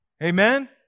Amen